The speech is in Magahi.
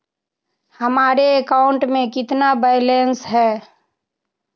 हमारे अकाउंट में कितना बैलेंस है?